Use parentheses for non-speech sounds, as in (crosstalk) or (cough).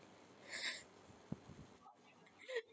(laughs)